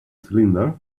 cylinder